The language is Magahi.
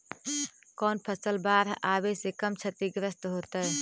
कौन फसल बाढ़ आवे से कम छतिग्रस्त होतइ?